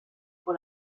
pour